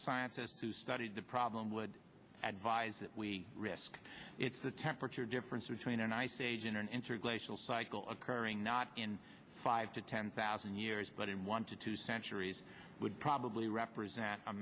scientist who studied the problem would advise that we risk it's the temperature difference between an ice age in an interglacial cycle occurring not in five to ten thousand years but in one to two centuries would probably represent a